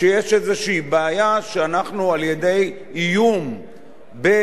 שאנחנו על-ידי איום בהעמדה לדין,